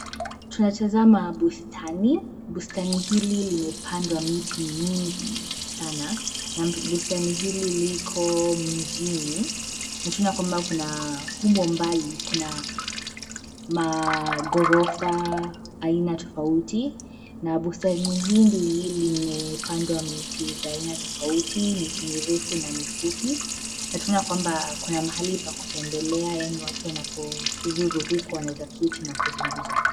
Tunatazama bustani. Bustani hili limepandwa miti mingi Sana na liko mjini. Tunaona kwamba kuna maghorofa aina tofauti huko mbali, na bustani hili limepandwa miti ya aina tofauti, kuna miti mirefu na mifupi. Kuna mahali pa kutembelea yaani watu wanapozuru huku wanawezaketi na kuzungumza